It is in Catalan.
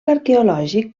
arqueològic